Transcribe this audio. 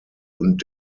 und